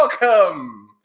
welcome